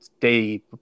day